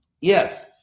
Yes